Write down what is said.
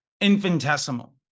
infinitesimal